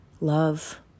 love